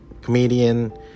comedian